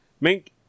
Mink